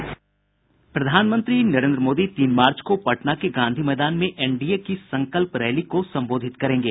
प्रधानमंत्री नरेन्द्र मोदी तीन मार्च को पटना के गांधी मैदान में एनडीए की संकल्प रैली को संबोधित करेंगे